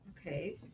okay